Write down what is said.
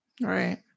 right